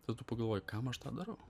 tai tu pagalvoji kam aš tą darau